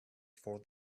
for